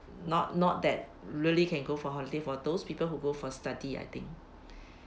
not not that really can go for holiday for those people who go for study I think